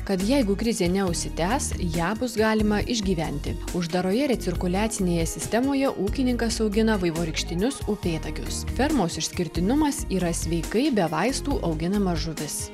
kad jeigu krizė neužsitęs ją bus galima išgyventi uždaroje recirkuliacinėje sistemoje ūkininkas augina vaivorykštinius upėtakius fermos išskirtinumas yra sveikai be vaistų auginama žuvis